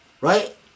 Right